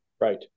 Right